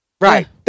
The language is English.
Right